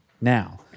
Now